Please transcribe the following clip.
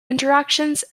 interactions